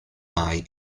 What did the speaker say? mai